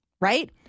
right